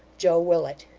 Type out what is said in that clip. joe willet.